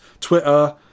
Twitter